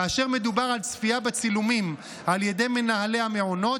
כאשר מדובר על צפייה בצילומים על ידי מנהלי המעונות,